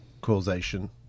causation